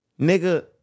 Nigga